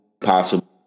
Possible